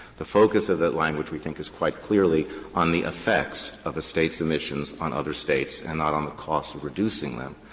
the focus of that language we think is quite clearly on the effects of a state's emissions on other states, and not on the cost of reducing them.